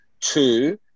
Two